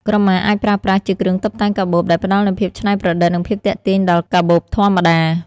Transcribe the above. ក្រមាអាចប្រើប្រាស់ ជាគ្រឿងតុបតែងកាបូប ដែលផ្តល់នូវភាពច្នៃប្រឌិត និងភាពទាក់ទាញដល់កាបូបធម្មតា។